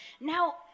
Now